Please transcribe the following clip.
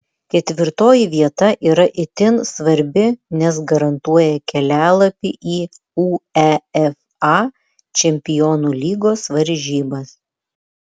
ketvirtoji vieta yra itin svarbi nes garantuoja kelialapį į uefa čempionų lygos varžybas